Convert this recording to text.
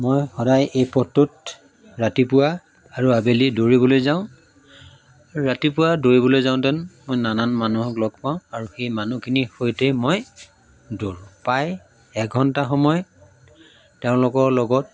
মই সদায় এই পথটোত ৰাতিপুৱা আৰু আবেলি দৌৰিবলৈ যাওঁ ৰাতিপুৱা দৌৰিবলৈ যাওঁতে মই নানান মানুহক লগ পাওঁ আৰু সেই মানুহখিনিৰ সৈতে মই দৌৰোঁ প্ৰায় এঘণ্টা সময় তেওঁলোকৰ লগত